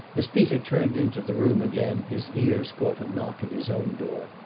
as peter turned into the room again his ears caught a knock at his own door,